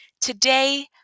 today